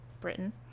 Britain